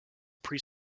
pre